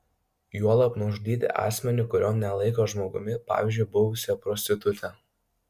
juolab nužudyti asmenį kurio nelaiko žmogumi pavyzdžiui buvusią prostitutę